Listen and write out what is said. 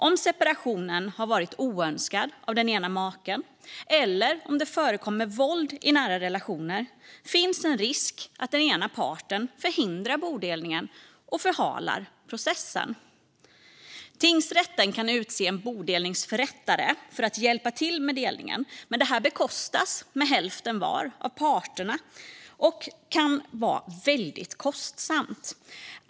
Om separationen varit oönskad av den ena maken, eller om det förekommer våld i nära relation, finns en risk att den ena parten förhindrar bodelningen och förhalar processen. Tingsrätten kan utse en bodelningsförrättare för att hjälpa till med delningen, men det bekostas med hälften var av parterna och kan vara väldigt kostsamt.